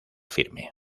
firme